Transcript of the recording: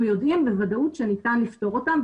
יודעים בוודאות שניתן לפתור אותם.